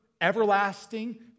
everlasting